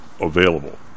available